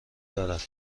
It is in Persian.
دارد